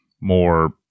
more